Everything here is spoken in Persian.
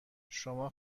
شما